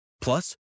plus